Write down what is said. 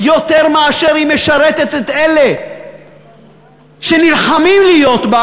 יותר מאשר היא משרתת את אלה שנלחמים להיות בה,